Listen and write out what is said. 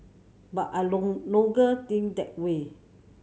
but I think that way